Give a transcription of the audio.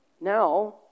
Now